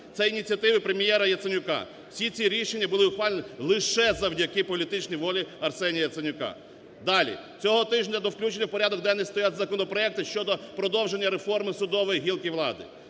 Це ініціативи прем'єра Яценюка. Всі ці рішення були ухвалені лише завдяки політичній волі Арсенія Яценюка. Далі. Цього тижня до включення в порядок денний стоять законопроекти щодо продовження реформи судової гілки влади.